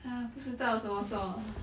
!aiya! 不知道怎么做啊